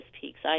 peaks